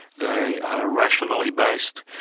they are rationally based.